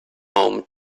home